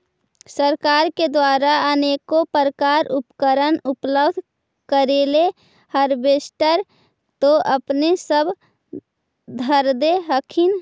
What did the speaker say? सरकार के द्वारा अनेको प्रकार उपकरण उपलब्ध करिले हारबेसटर तो अपने सब धरदे हखिन?